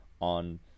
on